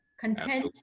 content